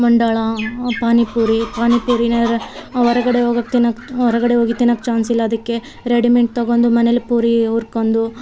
ಮಂಡಳ ಪಾನಿಪುರಿ ಪಾನಿಪುರಿನರ ಹೊರ್ಗಡೆ ಹೋಗೋಕ್ ತಿನ್ನೋಕ್ ಹೊರ್ಗಡೆ ಹೋಗಿ ತಿನ್ನೋಕ್ ಚಾನ್ಸ್ ಇಲ್ಲ ಅದಕ್ಕೆ ರೆಡಿಮೆಂಟ್ ತಗೊಂಡು ಮನೇಲಿ ಪೂರಿ ಹುರ್ಕೊಂಡು